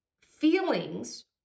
feelings